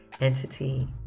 entity